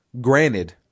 Granted